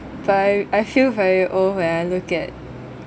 but I feel very old when I look at